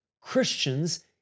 Christians